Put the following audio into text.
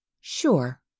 Sure